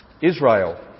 Israel